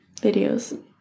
videos